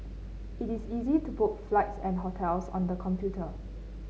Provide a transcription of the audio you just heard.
it is easy to book flights and hotels on the computer